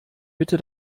bitte